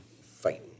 Fighting